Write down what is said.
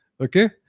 Okay